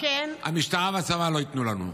המשטרה והצבא לא ייתנו לנו.